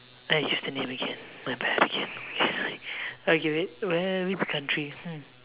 I used the name again my bad again okay wait where which country hmm